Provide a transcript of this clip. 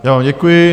Já děkuji.